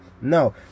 No